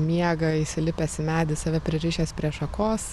miega įsilipęs į medį save pririšęs prie šakos